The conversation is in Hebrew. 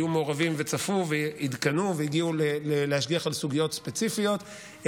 היו מעורבים וצפו ועדכנו והגיעו להשגיח על סוגיות ספציפיות.